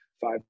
five